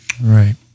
Right